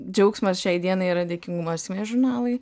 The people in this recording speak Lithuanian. džiaugsmas šiai dienai yra dėkingumo esmė žurnalai